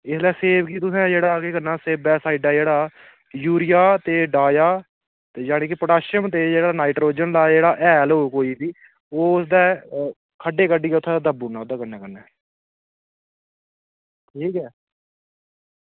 इसलै तुसैं सेव गी केह् करनां सेव गी साईड़ें दा जेह्ड़ा यूरिया ते डाया पोटाशियम ते नाईट्रोजन दा हैल होग जेह्ड़ा ओह् उत्थें खड्डे कड्ढियै उत्थें दब्बी ओड़नां कन्नैं कन्नैं ठीक ऐ